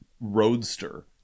roadster